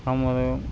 நம்மளும்